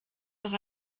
noch